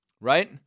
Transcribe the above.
right